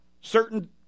certain